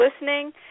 listening